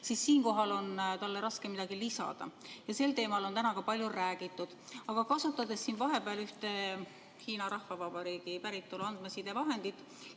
siis siinkohal on talle raske midagi lisada. Sel teemal on täna palju räägitud. Aga kasutasin siin vahepeal ühte Hiina Rahvavabariigi päritolu andmesidevahendit.